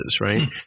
right